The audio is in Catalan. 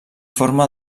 forma